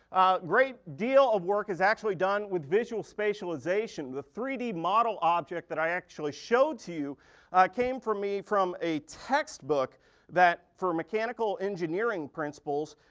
great deal of work is actually done with visual spacialization. the three d model object that i actually showed to you came to me from a textbook that, for mechanical engineering principles,